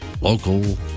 local